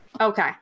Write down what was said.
Okay